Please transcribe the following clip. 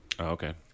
Okay